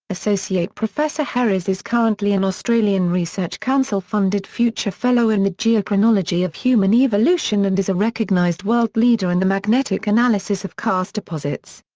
associate professor herries is currently an australian research council funded future fellow in the geochronology of human evolution and is a recognized world leader in the magnetic analysis of karst deposits.